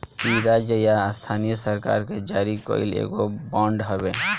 इ राज्य या स्थानीय सरकार के जारी कईल एगो बांड हवे